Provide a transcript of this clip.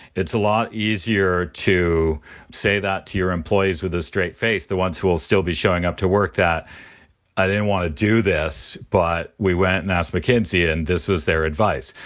it's a lot easier to say that to your employees with a straight face. the ones who will still be showing up to work that i didn't want to do this, but we went and asked mackenzie and this was their advice.